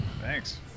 Thanks